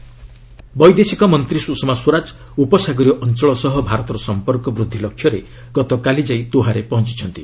Sushma visit ବୈଦେଶିକ ମନ୍ତ୍ରୀ ସୁଷମା ସ୍ୱରାଜ ଉପସାଗରୀୟ ଅଞ୍ଚଳ ସହ ଭାରତର ସମ୍ପର୍କ ବୃଦ୍ଧି ଲକ୍ଷ୍ୟରେ ଗତକାଲି ଯାଇ ଦୋହାରେ ପହଞ୍ଚିଛନ୍ତି